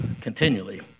continually